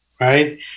right